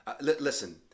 listen